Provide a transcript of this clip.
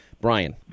Brian